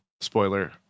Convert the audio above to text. spoiler